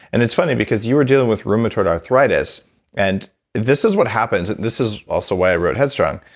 and it's funny, because you were dealing with rheumatoid arthritis and this is what happens, this is also why i wrote headstrong.